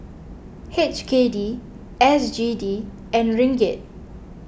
H K D S G D and Ringgit